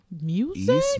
Music